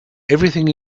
everything